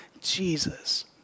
Jesus